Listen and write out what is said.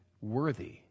worthy